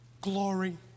glory